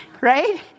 Right